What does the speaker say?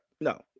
No